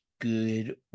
good